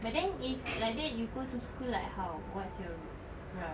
but then if like that you go to school like how what's your route